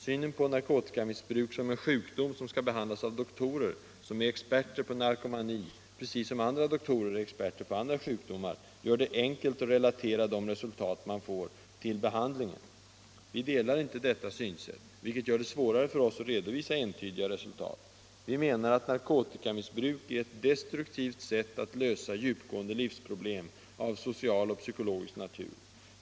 Synen på narkotikamissbruk som en sjukdom som skall behandlas av doktorer som är experter på ”narkomani” precis som andra doktorer är experter på andra sjukdomar gör det enkelt att relatera de resultat man får till behandlingen. Vi delar inte detta synsätt, vilket gör det svårare för oss att redovisa entydiga resultat. Vi menar att narkotikamissbruk är ett destruktivt sätt att lösa djupgående livsproblem av social och psykologisk natur.